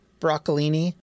broccolini